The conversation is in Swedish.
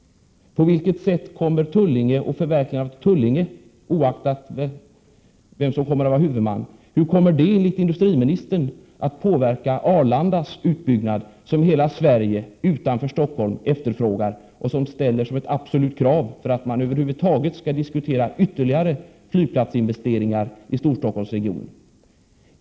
På vilket sätt kommer förverkligandet av en flygplats i Tullinge, oaktat vem som kommer att vara huvudman, enligt industriministern att påverka utbyggnaden av Arlanda? Hela Sverige utanför Stockholm efterfrågar och ställer en utbyggnad av Arlanda som ett absolut krav för att över huvud taget diskutera ytterligare flygplatsinvesteringar i Storstockholmsregionen.